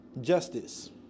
Justice